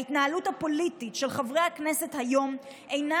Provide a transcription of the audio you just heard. ההתנהלות הפוליטית של חברי הכנסת היום אינה